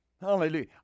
Hallelujah